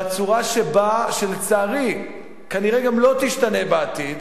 בצורה שלצערי כנראה גם לא תשתנה בעתיד,